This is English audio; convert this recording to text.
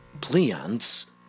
plants